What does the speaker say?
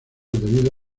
debido